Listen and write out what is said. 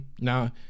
now